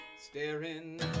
Staring